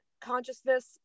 consciousness